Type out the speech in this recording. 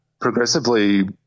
progressively –